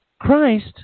Christ